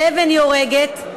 שאבן הורגת,